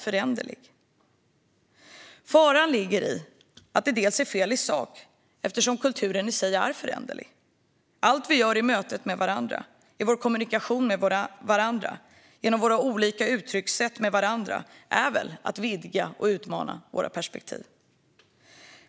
Faran ligger i att det är fel i sak, eftersom kulturen i sig är föränderlig. Allt vi gör i mötet med varandra, i vår kommunikation med varandra och genom våra olika uttryckssätt med varandra är väl att vidga och utmana våra perspektiv?